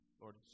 Lord